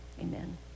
amen